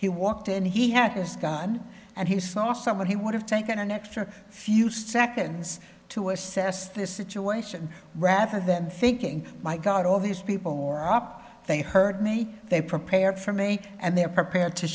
he walked in he had his gun and he saw someone he would have taken an extra few seconds to assess the situation rather than thinking my god all these people are up they hurt me they prepared for me and they're prepared to